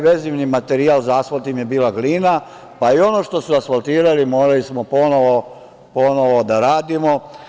Vezivni materijal za asfalt im je bila glina, pa i ono što su asfaltirali morali smo ponovo da radimo.